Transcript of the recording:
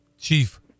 chief